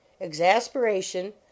Exasperation